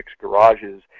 garages